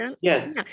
Yes